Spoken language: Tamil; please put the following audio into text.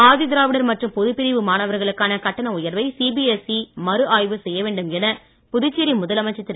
ஆதிதிராவிடர் மற்றும் பொதுப்பிரிவு மாணவர்களுக்கான கட்டண உயர்வை சிபிஎஸ்இ மறு ஆய்வு செய்ய வேண்டும் என புதுச்சேரி முதலமைச்சர் திரு